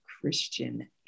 Christian